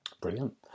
Brilliant